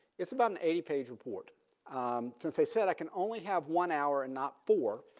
it's about an eighty page report um since they said i can only have one hour and not four,